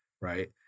right